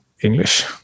english